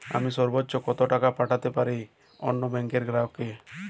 আমি সর্বোচ্চ কতো টাকা পাঠাতে পারি অন্য ব্যাংকের গ্রাহক কে?